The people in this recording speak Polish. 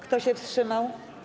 Kto się wstrzymał?